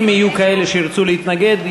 אם יהיו כאלה שירצו להתנגד,